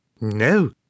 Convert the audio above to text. No